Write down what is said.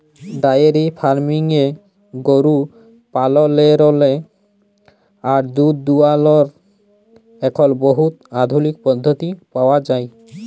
diary ফার্মিংয়ে গরু পাললেরলে আর দুহুদ দুয়ালর এখল বহুত আধুলিক পদ্ধতি পাউয়া যায়